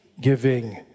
giving